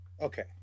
Okay